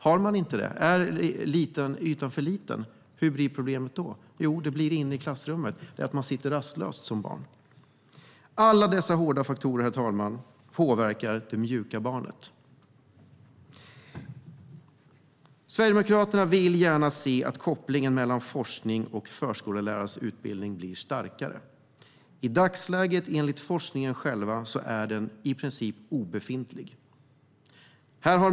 Har de inte det, är ytan för liten, hur blir det då? Jo, barnen sitter rastlösa i klassrummet. Alla dessa hårda faktorer påverkar det mjuka barnet. Sverigedemokraterna vill gärna se att kopplingen mellan forskning och förskollärarnas utbildning blir starkare. I dagsläget är den enligt forskningen själv i princip obefintlig.